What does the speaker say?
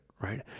right